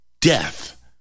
death